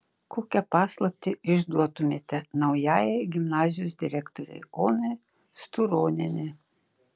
kokią paslaptį išduotumėte naujajai gimnazijos direktorei onai sturonienei